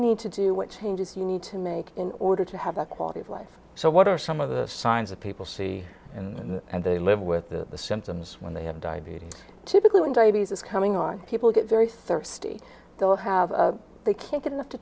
need to do what changes you need to make in order to have that quality of life so what are some of the signs of people see and they live with the symptoms when they have diabetes typically when diabetes is coming on people get very thirsty though have they can't get enough to